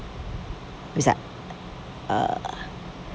risk ah uh